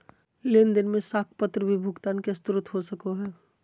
लेन देन में साख पत्र भी भुगतान के स्रोत हो सको हइ